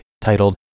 titled